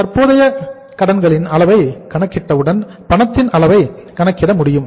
தற்போதைய கடன்களின் அளவை கணக்கிட்டவுடன் பணத்தின் அளவை கணக்கிட முடியும்